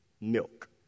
milk